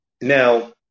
now